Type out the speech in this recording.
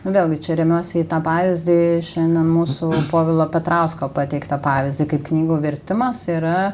vėlgi čia remiuosi į tą pavyzdį šiandien mūsų povilo petrausko pateiktą pavyzdį kaip knygų vertimas yra